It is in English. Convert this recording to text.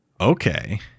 Okay